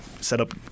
setup